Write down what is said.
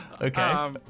Okay